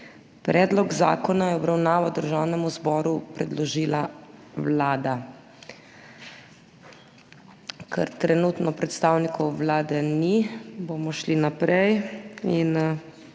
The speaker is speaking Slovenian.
Predlog zakona je v obravnavo Državnemu zboru predložila Vlada. Ker trenutno predstavnikov Vlade ni, bomo šli naprej.